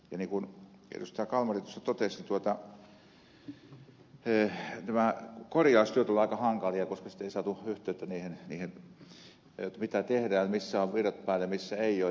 kalmari tuossa totesi nämä korjaustyöt olivat aika hankalia koska ei saatu yhteyttä muihin että mitä tehdään missä ovat virrat päällä ja missä ei ole